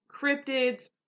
cryptids